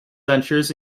ventures